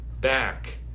back